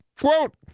quote